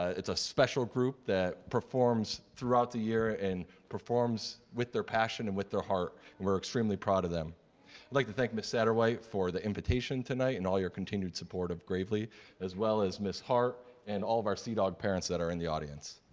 it's a special group that performs throughout the year and performs with their passion and with their heart and we're extremely proud of them. i'd like to thank miss saderwhite for the invitation tonight and all your continued support of gravely as well as miss heart and all of our sea dog parents that are in the audience.